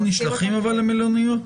תיירים נשלחים למלוניות?